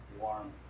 warm